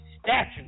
statue